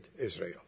Israel